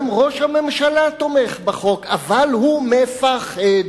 גם ראש הממשלה תומך בחוק, אבל הוא מ-פ-ח-ד.